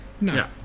No